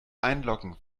einloggen